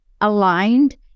aligned